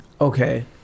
Okay